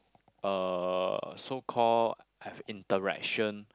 uh so call have interaction